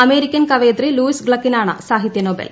American കവയിത്രി Louise ഗ്ലക്കിനാണ് സാഹിത്യ നൊബേൽ